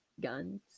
guns